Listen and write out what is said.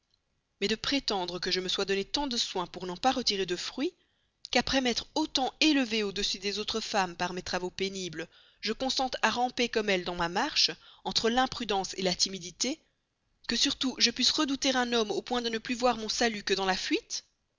mais de prétendre que je me donne tant de soins pour n'en pas retirer de fruits qu'après m'être autant élevée au-dessus des autres femmes par mes travaux pénibles je consente à ramper comme elles dans ma marche entre l'imprudence la timidité que surtout je puisse redouter un homme au point de ne plus voir mon salut que dans la fuite